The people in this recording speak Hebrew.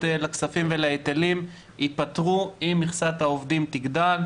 לכספים ולהיטלים ייפתרו אם מכסת העובדים תגדל,